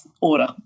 order